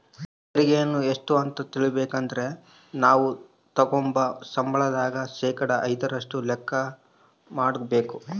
ತೆರಿಗೆಯನ್ನ ಎಷ್ಟು ಅಂತ ತಿಳಿಬೇಕಂದ್ರ ನಾವು ತಗಂಬೋ ಸಂಬಳದಾಗ ಶೇಕಡಾ ಐದರಷ್ಟು ಲೆಕ್ಕ ಮಾಡಕಬೇಕು